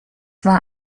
war